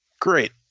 Great